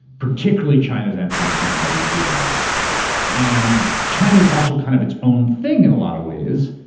particularly china's entrance into the wto. and china's also kind of its own thing in a lot of ways,